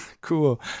cool